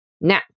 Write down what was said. Now